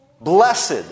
Blessed